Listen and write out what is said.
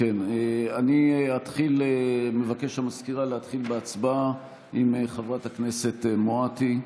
אני מבקש מהמזכירה להתחיל בהצבעה עם חברת הכנסת מואטי.